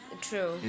True